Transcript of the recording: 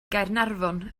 gaernarfon